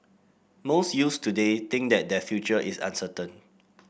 most youths today think that their future is uncertain